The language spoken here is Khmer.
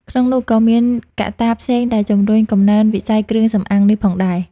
ក្នុងនោះក៏មានកត្តាផ្សេងដែលជំរុញកំណើនវិស័យគ្រឿងសម្អាងនេះផងដែរ។